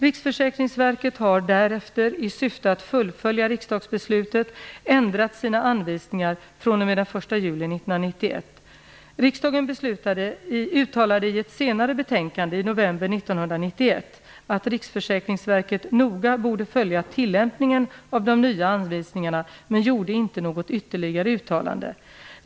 Riksförsäkringsverket har därefter, i syfte att fullfölja riksdagsbeslutet, ändrat sina anvisningar fr.o.m. den 1 juli Riksdagen uttalade i ett senare betänkande, i november 1991, att Riksförsäkringsverket noga borde följa tillämpningen av de nya anvisningarna men gjorde inte något ytterligare uttalande.